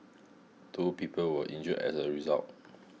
two people were injured as a result